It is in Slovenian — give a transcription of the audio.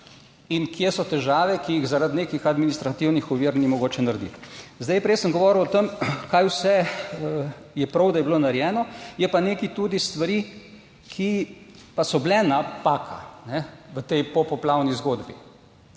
in kje so težave, ki jih zaradi nekih administrativnih ovir ni mogoče narediti. Prej sem govoril o tem kaj vse je prav, da je bilo narejeno, je pa nekaj tudi stvari, ki pa so bile napaka v tej popoplavni zgodbi.